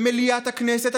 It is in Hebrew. במליאת הכנסת.